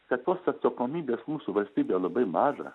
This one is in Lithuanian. kad tos atsakomybės mūsų valstybėje labai maža